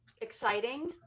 exciting